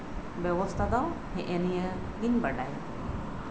ᱵᱮᱵᱚᱥᱛᱷᱟ ᱫᱚ ᱱᱤᱭᱟᱹ ᱜᱤᱧ ᱵᱟᱲᱟᱭᱟ